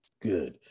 Good